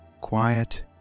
quiet